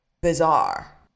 bizarre